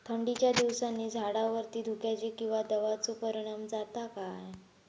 थंडीच्या दिवसानी झाडावरती धुक्याचे किंवा दवाचो परिणाम जाता काय?